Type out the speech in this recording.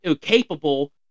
capable